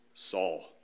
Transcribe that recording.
Saul